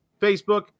facebook